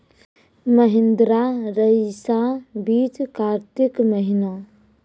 महिंद्रा रईसा बीज कार्तिक महीना?